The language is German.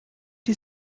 die